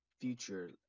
future